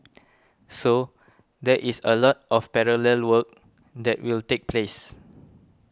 so there is a lot of parallel work that will take place